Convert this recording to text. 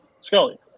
Scully